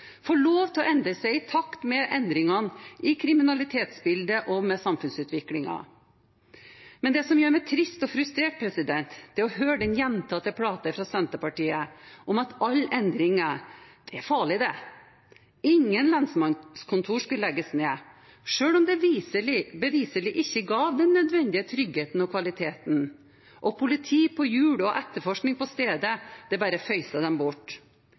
få lov til å endre seg i takt med endringene i kriminalitetsbildet og med samfunnsutviklingen. Det som gjør meg trist og frustrert, er å høre den gjentatte plata fra Senterpartiet om at alle endringer «det er fali’, det». Ingen lensmannskontor skulle legges ned, selv om det beviselig ikke ga den nødvendige trygghet og kvalitet, og politi på hjul og etterforskning på stedet bare føyst de bort.